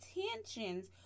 intentions